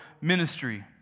ministry